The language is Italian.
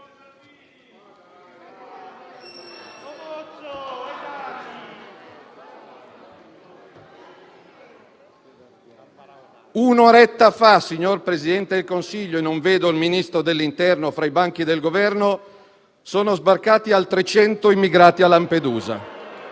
Un'oretta fa, signor Presidente del Consiglio (non vedo il Ministro dell'interno fra i banchi del Governo), sono sbarcati altri cento immigrati a Lampedusa.